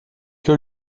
que